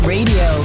Radio